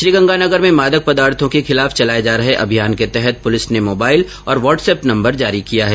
श्रीगंगानगर में मादक पदार्थो के खिलाफ चलाये जा रहे अभियान के तहत प्रलिस ने मोबाईल और वाटस एप नम्बर जारी किया है